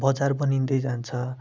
बजार बनिँदै जान्छ